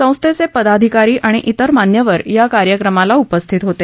संस्थेचे पदाधिकारी आणि इतर मान्यवर या कार्यक्रमाला उपस्थित होते